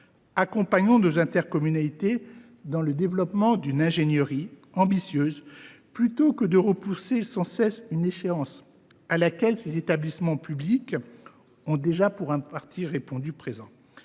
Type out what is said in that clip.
Accompagnons nos intercommunalités dans le développement d’une ingénierie ambitieuse, plutôt que de repousser sans cesse une échéance à laquelle ces établissements publics ont déjà répondu présent.